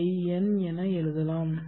n என எழுதலாம்